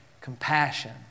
compassion